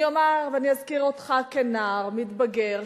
אני אומר ואזכיר אותך כנער מתבגר,